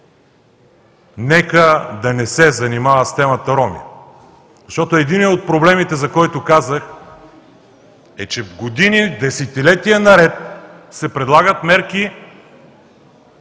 нека да не се занимава с темата „роми“. Защото единият от проблемите, за който казах, е, че години, десетилетия наред се предлагат мерки,